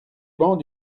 bancs